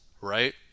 right